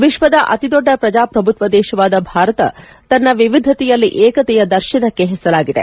ವಿಶ್ವದ ಅತೀ ದೊಡ್ಡ ಪ್ರಜಾಪ್ರಭುತ್ವ ದೇಶವಾದ ಭಾರತ ತನ್ನ ವಿವಿಧತೆಯಲ್ಲಿ ಏಕತೆಯ ದರ್ಶನಕ್ಕೆ ಪೆಸರಾಗಿದೆ